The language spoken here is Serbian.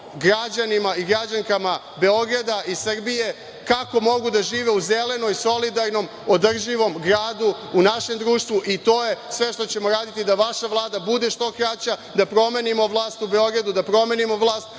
i građankama Beograda i Srbije kako mogu da žive u zelenom, solidarno održivom gradu, u našem društvu i to je sve što ćemo raditi, da vaša Vlada bude što kraća, da promenimo vlast u Beogradu, da promenimo vlast